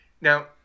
Now